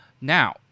now